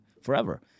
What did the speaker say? forever